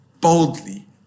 boldly